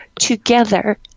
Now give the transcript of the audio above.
together